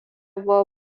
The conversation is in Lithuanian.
buvo